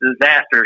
disasters